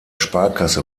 sparkasse